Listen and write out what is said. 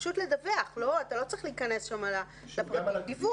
פשוט לדווח, אתה לא צריך להיכנס לפרטים, דיווח.